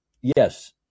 Yes